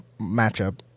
matchup